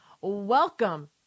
Welcome